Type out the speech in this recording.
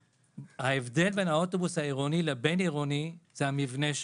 ההבדל בין האוטובוס העירוני לבין-עירוני זה המבנה שלו: